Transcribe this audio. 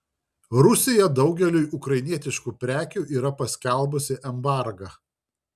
rusija daugeliui ukrainietiškų prekių yra paskelbusi embargą